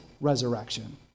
resurrection